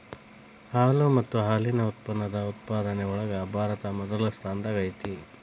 ಹಾಲು ಮತ್ತ ಹಾಲಿನ ಉತ್ಪನ್ನದ ಉತ್ಪಾದನೆ ಒಳಗ ಭಾರತಾ ಮೊದಲ ಸ್ಥಾನದಾಗ ಐತಿ